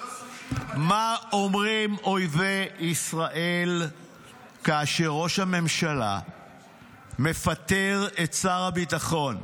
מה אומרים אויבי ישראל כאשר ראש הממשלה מפטר את שר הביטחון,